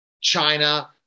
China